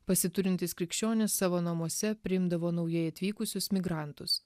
pasiturintys krikščionys savo namuose priimdavo naujai atvykusius migrantus